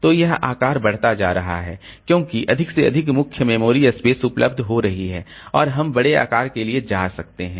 तो वह आकार बढ़ता जा रहा है क्योंकि अधिक से अधिक मुख्य मेमोरी स्पेस उपलब्ध हो रही है और हम बड़े पेज आकार के लिए जा सकते हैं